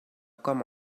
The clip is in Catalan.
com